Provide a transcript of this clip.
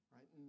Right